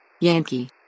Yankee